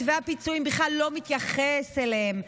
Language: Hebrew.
מתווה הפיצויים בכלל לא מתייחס אליהם,